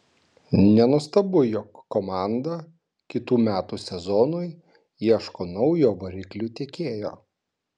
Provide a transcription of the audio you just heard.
nenuostabu jog komanda kitų metų sezonui ieško naujo variklių tiekėjo